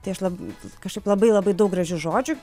tai aš lab kažkaip labai labai daug gražių žodžių